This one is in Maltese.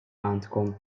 għandkom